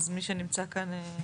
אז מי שנמצא כאן.